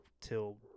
till